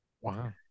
Wow